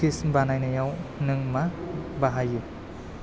cookies बानायनायाव नों मा बाहायो